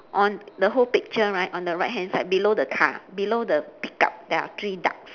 on the whole picture right on the right hand side below the car below the pick up there are three ducks